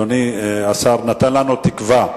אדוני השר נתן לנו תקווה,